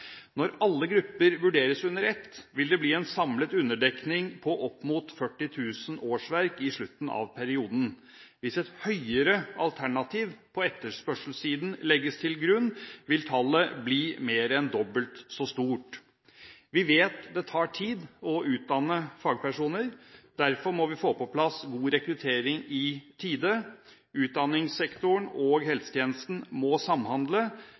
Når alle grupper vurderes under ett, vil det samlet bli en underdekning på opp mot 40 000 årsverk i slutten av perioden. Hvis et høyere alternativ på etterspørselssiden legges til grunn, vil tallet bli mer enn dobbelt så stort. Vi vet at det tar tid å utdanne fagpersoner, og derfor må vi få på plass god rekruttering i tide. Utdanningssektoren og helsetjenesten må samhandle.